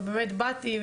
ובאמת באתי,